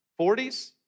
40s